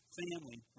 family